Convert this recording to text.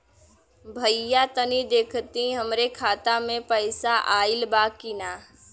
भईया तनि देखती हमरे खाता मे पैसा आईल बा की ना?